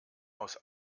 aus